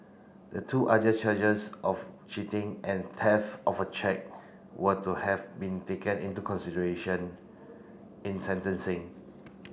the two other charges of cheating and theft of a cheque were to have been taken into consideration in sentencing